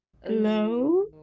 hello